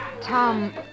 Tom